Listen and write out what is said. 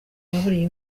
yaburiye